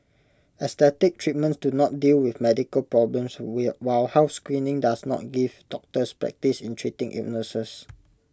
aesthetic treatments do not deal with medical problems will while health screening does not give doctors practice in treating illnesses